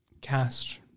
cast